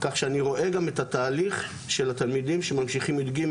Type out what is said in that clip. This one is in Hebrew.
כך שאני רואה גם את התהליך של התלמידים שממשיכים י"ג,